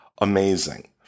amazing